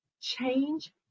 change